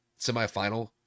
semifinal